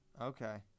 Okay